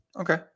Okay